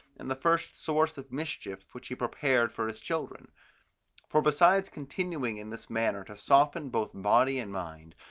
and the first source of mischief which he prepared for his children for besides continuing in this manner to soften both body and mind,